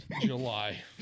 july